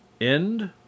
End